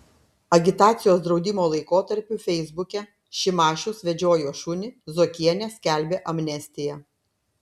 agitacijos draudimo laikotarpiu feisbuke šimašius vedžiojo šunį zuokienė skelbė amnestiją